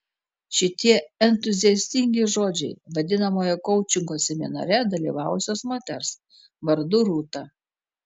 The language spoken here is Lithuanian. šitie entuziastingi žodžiai vadinamojo koučingo seminare dalyvavusios moters vardu rūta